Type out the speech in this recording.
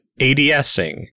ADSing